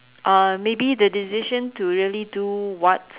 uh maybe the decision to really do what